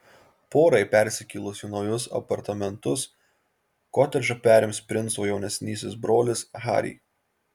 porai persikėlus į naujus apartamentus kotedžą perims princo jaunesnysis brolis harry